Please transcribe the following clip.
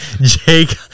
jake